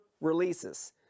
releases